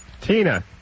Tina